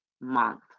month